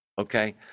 okay